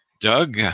Doug